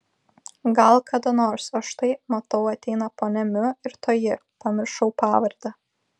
gal kada nors o štai matau ateina ponia miu ir toji pamiršau pavardę